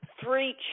three